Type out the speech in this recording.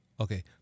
Okay